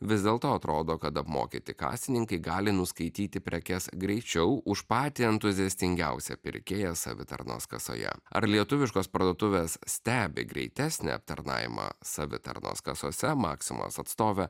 vis dėlto atrodo kad apmokyti kasininkai gali nuskaityti prekes greičiau už patį entuziastingiausią pirkėją savitarnos kasoje ar lietuviškos parduotuvės stebi greitesnį aptarnavimą savitarnos kasose maksimos atstovė